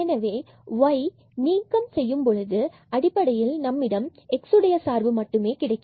எனவே y இதை இங்கிருந்து நீக்கம் செய்யும் பொழுது அடிப்படையில் நம்மிடம் x உடைய சார்பு கிடைக்கும்